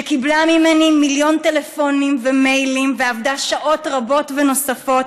שקיבלה ממני מיליון טלפונים ומיילים ועבדה שעות רבות ונוספות,